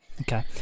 Okay